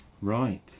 right